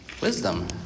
Wisdom